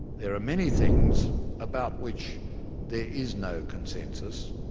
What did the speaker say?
there are many things about which there is no consensus,